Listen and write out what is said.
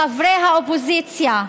חברי האופוזיציה,